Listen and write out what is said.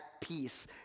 peace